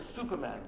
Superman